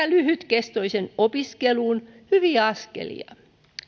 lyhytkestoiseen opiskeluun ovat hyviä askelia